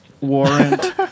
Warrant